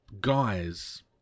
guys